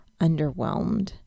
underwhelmed